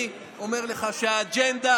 אני אומר לך שהאג'נדה